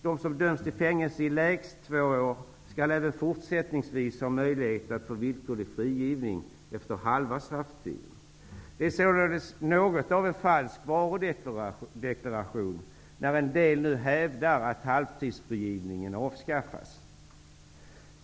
De som döms till fängelse i lägst två år skall även fortsättningsvis ha möjlighet att få villkorlig frigivning efter halva strafftiden. Det är således något av en falsk varudeklaration när en del nu hävdar att halvtidsfrigivningen avskaffas.